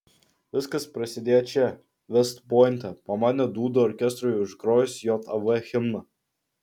viskas prasidėjo čia vest pointe pamanė dūdų orkestrui užgrojus jav himną